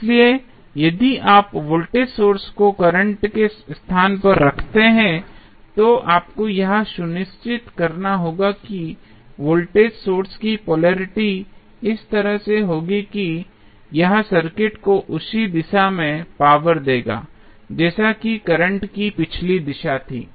इसलिए यदि आप वोल्टेज सोर्स को करंट के स्थान पर रखते हैं तो आपको यह सुनिश्चित करना होगा कि वोल्टेज सोर्स की पोलेरिटी इस तरह से होगी कि यह सर्किट को उसी दिशा में पावर देगा जैसा कि करंट की पिछली दिशा थी